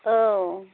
औ